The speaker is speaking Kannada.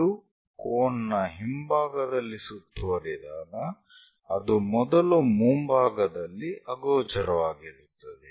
ಇದು ಕೋನ್ನ ಹಿಂಭಾಗದಲ್ಲಿ ಸುತ್ತುವರಿದಾಗ ಅದು ಮೊದಲು ಮುಂಭಾಗದಲ್ಲಿ ಅಗೋಚರವಾಗಿರುತ್ತದೆ